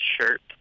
shirt